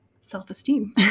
self-esteem